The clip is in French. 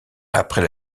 après